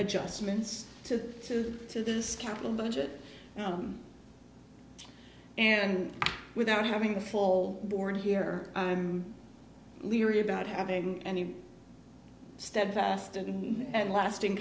adjustments to this capital budget and without having the full board here i'm leery about having any steadfast and and lasting